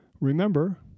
Remember